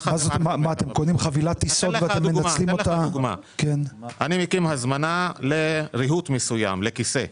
למשל, אני מקים הזמנה לריהוט מסוים, לכיסא.